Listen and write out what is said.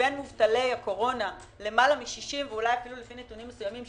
מבין מובטלי הקורונה למעלה מ-60 ולפי נתונים מסוימים,